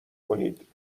کنید